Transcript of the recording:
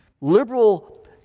Liberal